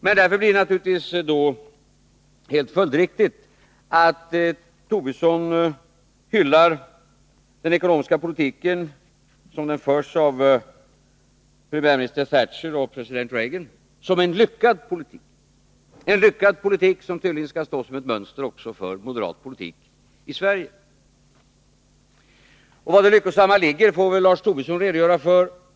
Men därför blir det då helt följdriktigt att Lars Tobisson hyllar den ekonomiska politik som förs av premiärminister Thatcher och president Reagan som en lyckad politik — en lyckad politik, som tydligen också skall stå som ett mönster för moderat politik i Sverige. Var det lyckosamma ligger får väl Lars Tobisson redogöra för.